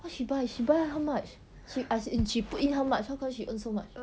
what she buy she buy how much she as in she put in how much how come she earn so much